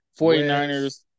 49ers